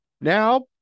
Now